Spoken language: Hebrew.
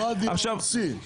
או ברדיו הרוסי.